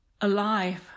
Alive